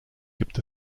gibt